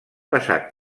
passat